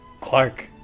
Clark